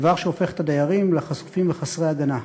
דבר שהופך את הדיירים לחשופים וחסרי הגנה.